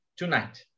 tonight